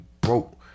broke